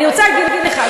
אני רוצה להגיד לך,